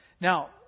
Now